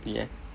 yeah